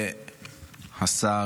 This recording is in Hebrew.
והשר